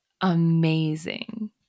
amazing